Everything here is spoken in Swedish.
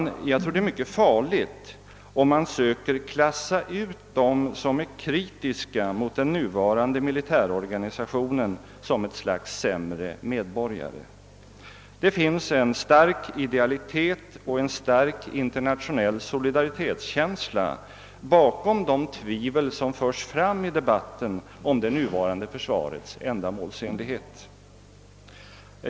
Jag tror att det är mycket farligt, om man söker klassa ut dem som är kritiska mot den nuvarande militärorganisationen och betecknar dem som ett slags sämre medborgare. Det finns en stark idealitet och en stark internationell solidaritetskänsla bakom de tvivel som förts fram i debatten om det nuvarande försvarets ändamålsenlighet.